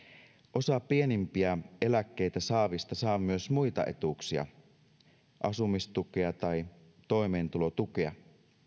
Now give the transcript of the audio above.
osa pienimpiä eläkkeitä saavista saa myös muita etuuksia asumistukea tai toimeentulotukea